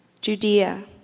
Judea